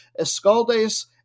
Escaldes